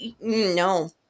No